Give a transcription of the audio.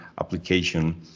application